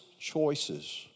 choices